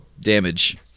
damage